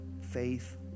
faith